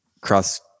cross